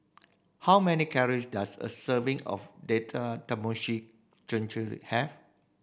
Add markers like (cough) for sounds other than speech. how many calories does a serving of Date (unintelligible) have